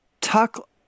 tuck